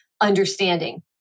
understanding